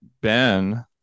ben